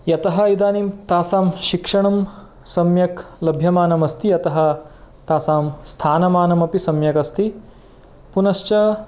यतः इदानीं तासां शिक्षणं सम्यक् लभ्यमानमस्ति अतः तासां स्थानमानमपि सम्यगस्ति पुनश्च